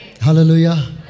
Hallelujah